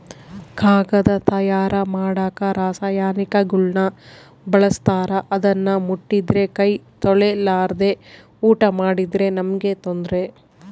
ಕಾಗದ ತಯಾರ ಮಾಡಕ ರಾಸಾಯನಿಕಗುಳ್ನ ಬಳಸ್ತಾರ ಅದನ್ನ ಮುಟ್ಟಿದ್ರೆ ಕೈ ತೊಳೆರ್ಲಾದೆ ಊಟ ಮಾಡಿದ್ರೆ ನಮ್ಗೆ ತೊಂದ್ರೆ